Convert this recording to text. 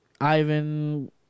Ivan